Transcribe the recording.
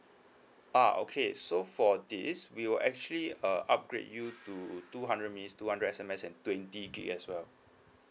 ah okay so for this we will actually uh upgrade you to two hundred minutes two hundred S_M_S and twenty gig as well